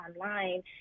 online